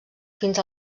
fins